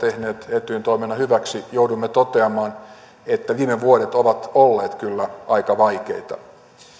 etyjin toiminnan hyväksi joudumme toteamaan että viime vuodet ovat olleet kyllä aika vaikeita